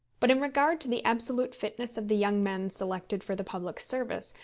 but in regard to the absolute fitness of the young men selected for the public service,